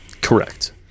Correct